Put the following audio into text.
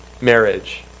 marriage